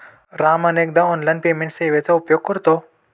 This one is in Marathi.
राम अनेकदा ऑनलाइन पेमेंट सेवेचा उपयोग करतो